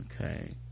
Okay